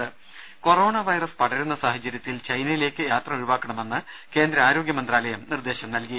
ദേദ corona virus പടരുന്ന സാഹചര്യത്തിൽ ചൈനയിലേക്ക് യാത്ര ഒഴിവാക്കണമെന്ന് കേന്ദ്ര ആരോഗ്യമന്ത്രാലയം നിർദ്ദേശം നൽകി